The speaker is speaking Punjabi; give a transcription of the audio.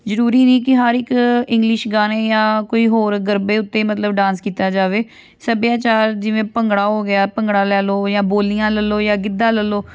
ਜ਼ਰੂਰੀ ਨਹੀਂ ਕਿ ਹਰ ਇੱਕ ਇੰਗਲਿਸ਼ ਗਾਣੇ ਜਾਂ ਕੋਈ ਹੋਰ ਗਰਬੇ ਉੱਤੇ ਮਤਲਬ ਡਾਂਸ ਕੀਤਾ ਜਾਵੇ ਸੱਭਿਆਚਾਰ ਜਿਵੇਂ ਭੰਗੜਾ ਹੋ ਗਿਆ ਭੰਗੜਾ ਲੈ ਲਉ ਜਾਂ ਬੋਲੀਆਂ ਲੈ ਲਉ ਜਾਂ ਗਿੱਧਾ ਲੈ ਲਉ